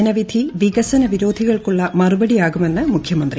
ജനവിധി വികസ്ത് വിരോധികൾക്കുള്ള മറുപടിയാകുമെന്ന് മുഖ്യമന്ത്രി